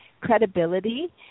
credibility